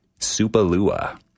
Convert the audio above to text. Supalua